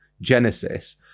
genesis